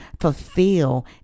fulfill